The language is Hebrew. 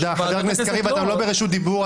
חבר הכנסת קריב, אתה לא ברשות דיבור.